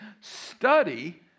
Study